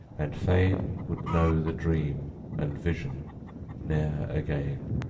and fain would know the dream and vision ne'er again.